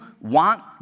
want